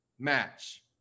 match